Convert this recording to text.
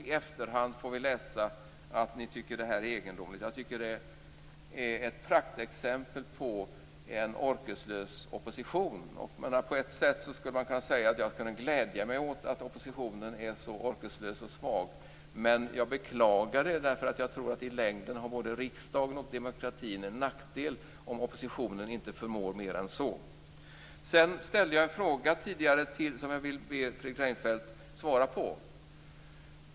I efterhand får vi läsa att ni tycker att det här är egendomligt. Jag tycker att det är ett praktexempel på en orkeslös opposition. På ett sätt skulle man kunna säga att jag kan glädja mig åt att oppositionen är så orkeslös och svag, men jag beklagar det därför att jag tror att det i längden är en nackdel både för riksdagen och för demokratin om oppositionen inte förmår mer än så. Sedan ställde jag tidigare en fråga som jag vill be Fredrik Reinfeldt svara på.